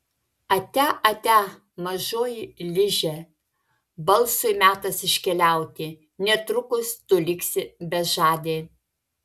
atia atia mažoji liže balsui metas iškeliauti netrukus tu liksi bežadė